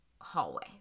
hallway